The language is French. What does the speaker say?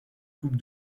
coupe